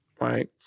right